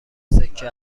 سکه